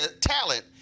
talent